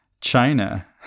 China